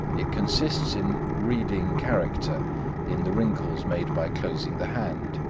it consists in reading character in the wrinkles made by closing the hand.